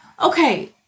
okay